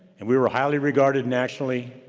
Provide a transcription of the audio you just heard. and we were highly regarded nationally,